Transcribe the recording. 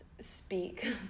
speak